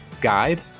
guide